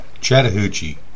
Chattahoochee